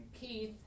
Keith